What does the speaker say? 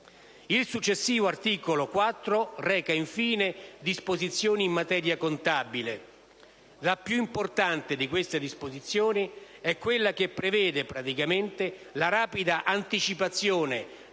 militare. L'articolo 4 reca infine disposizioni in materia contabile. La più importante di queste disposizioni è quella che prevede la rapida anticipazione